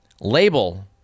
label